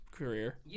career